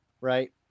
right